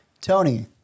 Tony